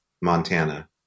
Montana